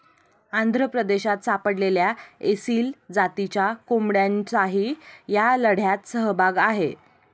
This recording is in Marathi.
आंध्र प्रदेशात सापडलेल्या एसील जातीच्या कोंबड्यांचाही या लढ्यात सहभाग आहे